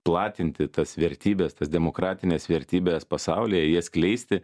platinti tas vertybes tas demokratines vertybes pasaulyje jas skleisti